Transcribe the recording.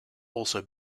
also